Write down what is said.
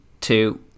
two